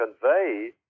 convey